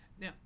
Now